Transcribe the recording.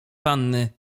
panny